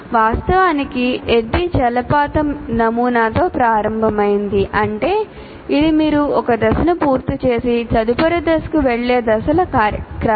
వాస్తవానికి ADDIE జలపాతం నమూనాతో ప్రారంభమైంది అంటే ఇది మీరు ఒక దశను పూర్తి చేసి తదుపరి దశకు వెళ్ళే దశల క్రమం